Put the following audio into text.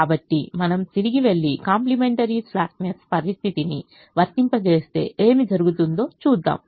కాబట్టి మనం తిరిగి వెళ్లి కాంప్లిమెంటరీ స్లాక్నెస్ పరిస్థితిని వర్తింపజేస్తే ఏమి జరుగుతుందో చూద్దాం